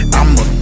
I'ma